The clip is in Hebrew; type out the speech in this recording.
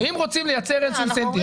אם רוצים לייצר איזשהו אינסנטיב.